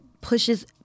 pushes